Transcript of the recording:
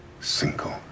single